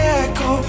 echo